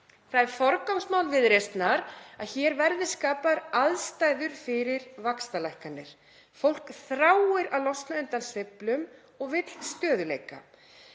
Það er forgangsmál Viðreisnar að hér verði skapaðar aðstæður fyrir vaxtalækkanir. Fólk þráir að losna undan sveiflum og vill stöðugleika.